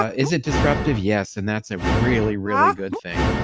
is it disruptive? yes, and that's a really, really good thing.